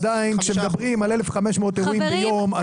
עדיין כשמדברים על 1,500 אירועים ביום,